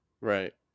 Right